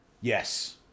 Yes